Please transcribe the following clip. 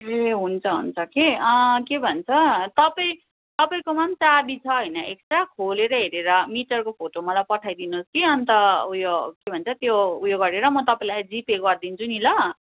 ए हुन्छ हुन्छ के के भन्छ तपाईँ तपाईँकोमा पनि चाबी छ होइन एक्स्ट्रा खोलेर हेरेर मिटरको फोटो मलाई पठाइदिनु होस् कि अन्त उयो के भन्छ त्यो उयो गरेर म तपाईँलाई जिपे गरिदिन्छु नि ल